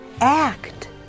Act